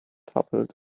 toppled